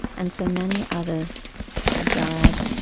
and so many others had died.